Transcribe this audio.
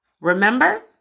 Remember